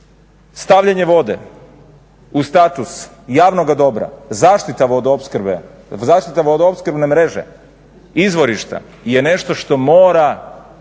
stavljanje vode u status javnog dobra, zaštita vodoopskrbe, zaštita vodoopskrbne mreže, izvorišta je nešto što mora